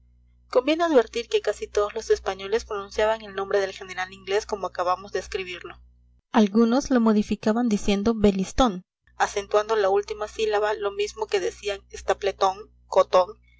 conviene advertir que casi todos los españoles pronunciaban el nombre del general inglés como acabamos de escribirlo algunos lo modificaban diciendo velliztón acentuando la última sílaba lo mismo que decían stapletón cotón